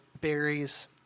berries